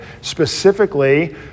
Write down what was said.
Specifically